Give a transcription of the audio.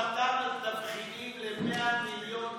חתם על תבחינים ב-100 מיליון